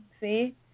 See